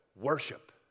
worship